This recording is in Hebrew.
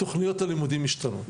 תוכניות הלימודים משתנות,